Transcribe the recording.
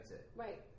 Right